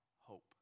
hope